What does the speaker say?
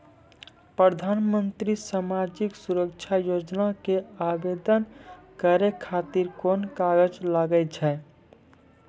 प्रधानमंत्री समाजिक सुरक्षा योजना के आवेदन करै खातिर कोन कागज लागै छै?